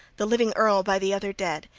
the living earl by the other dead,